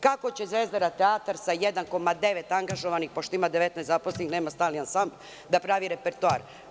Kako će „Zvezdara teatar“ sa 1,9% angažovanih, pošto ima 19 zaposlenih, nema stalni ansambl, da pravi repertoar.